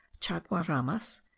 chaguaramas